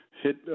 hit